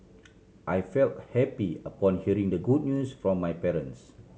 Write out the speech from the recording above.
I felt happy upon hearing the good news from my parents